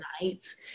night